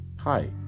Hi